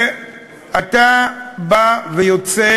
ואתה בא ויוצא